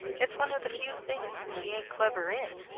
it's one of the few things she an't clever in.